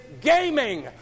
Gaming